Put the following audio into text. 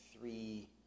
three